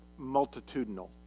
multitudinal